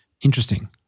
interesting